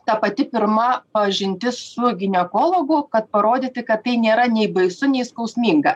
ta pati pirma pažintis su ginekologu kad parodyti kad tai nėra nei baisu nei skausminga